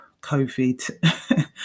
Covid